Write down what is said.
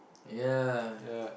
ya